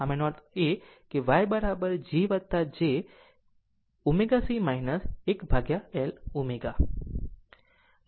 આમ તેનો અર્થ છે YG j ω C 1L ω